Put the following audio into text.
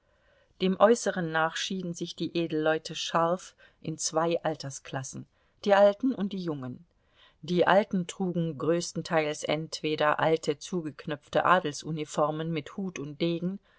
dem äußeren nach schieden sich die edelleute scharf in zwei altersklassen die alten und die jungen die alten trugen größtenteils entweder alte zugeknöpfte adelsuniformen mit hut und degen